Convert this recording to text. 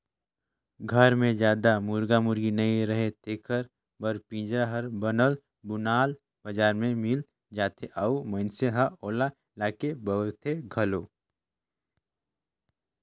घर मे जादा मुरगा मुरगी नइ रहें तेखर बर पिंजरा हर बनल बुनाल बजार में मिल जाथे अउ मइनसे ह ओला लाके बउरथे घलो